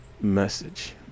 message